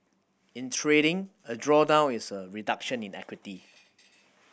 in trading a drawdown is a reduction in equity